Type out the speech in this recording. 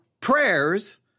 prayers